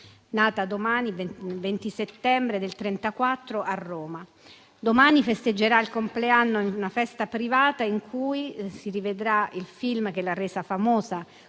nata il 20 settembre del 1934 a Roma. Domani festeggerà il compleanno in una festa privata in cui si rivedrà il film che l'ha resa famosa